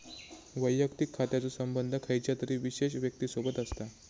वैयक्तिक खात्याचो संबंध खयच्या तरी विशेष व्यक्तिसोबत असता